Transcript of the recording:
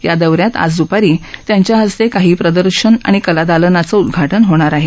या दौऱ्यात आज द्पारी त्यांच्या हस्ते काही प्रदर्शनं आणि कलादालनाचं उदधाटन होणार आहे